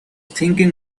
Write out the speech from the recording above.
thinking